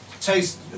taste